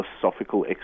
philosophical